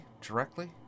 directly